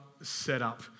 setup